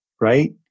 right